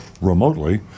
remotely